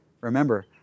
Remember